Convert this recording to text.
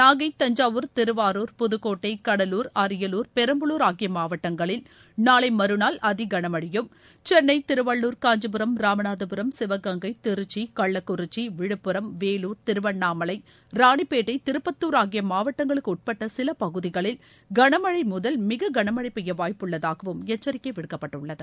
நாகை தஞ்சாவூர் திருவாரூர் புதுக்கோட்டை கடலூர் அரியலூர் பெரம்பலூர் ஆகிய மாவட்டங்களில் நாளை மறுநாள் அதி கனமனழயும் சென்னை திருவள்ளூர் காஞ்சிபுரம் ராமநாதபுரம் சிவகங்கை திருச்சி கள்ளக்குறிச்சி விழுப்புரம் வேலூர் திருவண்ணாமலை ராணிப்பேட்டை திருப்பத்துர் ஆகிய மாவட்டங்களுக்கு உட்பட்ட சில பகுதிகளில் கனமழை முதல் மிக கனமழை பெய்ய வாய்ப்புள்ளதாகவும் எச்சரிக்கை விடுக்கப்பட்டுள்ளது